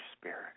spirit